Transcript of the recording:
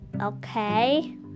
okay